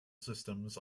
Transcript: systems